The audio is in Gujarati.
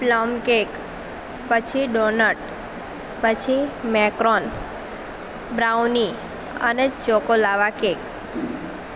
પ્લમ કેક પછી ડોનટ પછી મેક્રોન બ્રાઉની અને ચોકોલાવા કેક